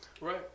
Right